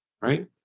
right